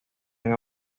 gran